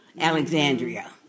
Alexandria